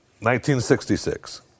1966